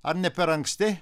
ar ne per anksti